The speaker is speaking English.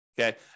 Okay